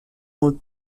all